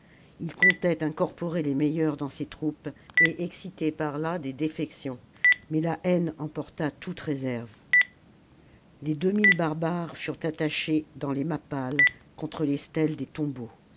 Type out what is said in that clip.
il comptait incorporer les meilleurs dans ses troupes et exciter par là des défections mais la haine emporta toute réserve les deux mille barbares furent attachés dans les mappales contre les stèles des tombeaux